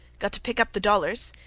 got to pick up the dollars.